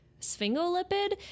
sphingolipid